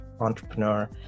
entrepreneur